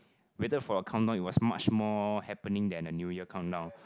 waited for the countdown it was much more happening than the New Year countdown